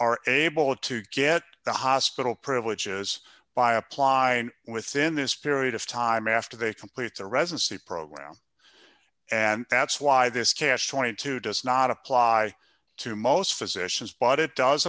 are able to get the hospital privileges by applying within this period of time after they complete their residency program and that's why this catch twenty two does not apply to most physicians but it does